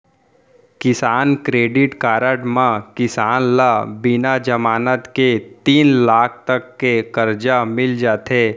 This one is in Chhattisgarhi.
किसान क्रेडिट कारड म किसान ल बिना जमानत के तीन लाख तक के करजा मिल जाथे